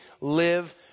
live